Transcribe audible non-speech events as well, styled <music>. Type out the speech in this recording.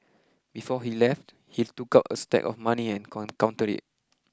before he left he took out a stack of money and <unintelligible> counted it